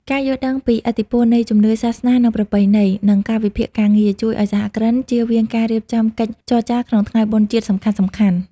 ការយល់ដឹងពីឥទ្ធិពលនៃ "ជំនឿសាសនា និងប្រពៃណី" ក្នុងកាលវិភាគការងារ ជួយឱ្យសហគ្រិនជៀសវាងការរៀបចំកិច្ចចរចាក្នុងថ្ងៃបុណ្យជាតិសំខាន់ៗ។